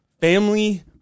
family